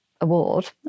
award